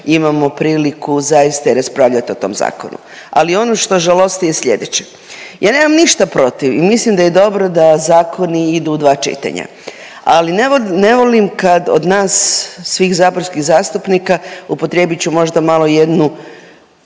imamo priliku zaista i raspravljat i tom zakonu. Ali ono što žalosti je sljedeće, ja nemam ništa protiv i mislim da je dobro da zakoni idu u dva čitanja, ali ne volim kad od nas svih saborskih zastupnika upotrijebit ću možda malo jednu